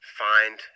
find